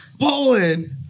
Poland